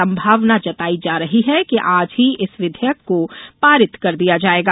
संभावना जताई जा रही है कि आज ही इस विधेयक को पारित कर दिया जायेगा